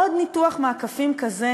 עוד ניתוח מעקפים כזה